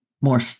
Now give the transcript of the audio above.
more